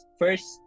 first